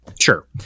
Sure